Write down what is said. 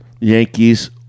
Yankees